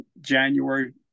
January